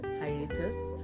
hiatus